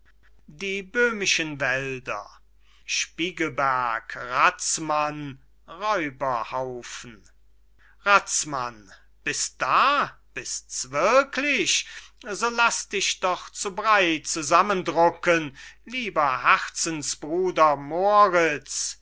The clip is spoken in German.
die böhmischen wälder spiegelberg razmann räuberhaufen razmann bist da bists wirklich so laß dich doch zu brey zusammen drucken lieber herzens bruder moriz